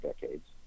decades